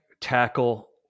tackle